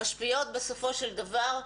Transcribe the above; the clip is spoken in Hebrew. בסופו של דבר,